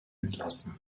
entlassen